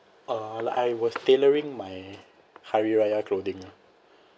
uh like I was tailoring my hari raya clothing